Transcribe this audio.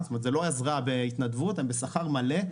זה לא עזרה בהתנדבות, הם בשכר מלא.